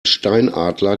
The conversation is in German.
steinadler